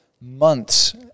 months